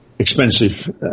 expensive